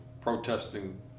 protesting